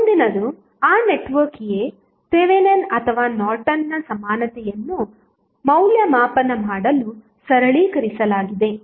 ಆದ್ದರಿಂದ ಮುಂದಿನದು ಆ ನೆಟ್ವರ್ಕ್ a ಥೆವೆನಿನ್ ಅಥವಾ ನಾರ್ಟನ್ನ ಸಮಾನತೆಯನ್ನು ಮೌಲ್ಯಮಾಪನ ಮಾಡಲು ಸರಳೀಕರಿಸಲಾಗಿದೆ